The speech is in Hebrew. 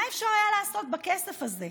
מה אפשר היה לעשות בכסף הזה?